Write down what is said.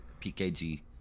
PKG